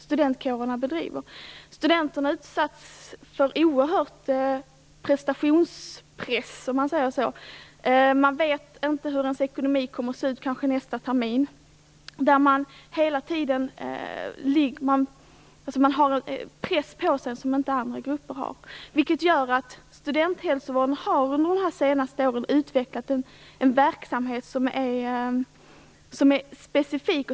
Studenterna utsätts för en oerhörd prestationspress. De vet kanske inte hur ekonomin kommer att se ut nästa termin. De har hela tiden en press på sig som andra grupper inte har. Det gör att studenthälsovården under de senaste åren har utvecklat en verksamhet som är specifik.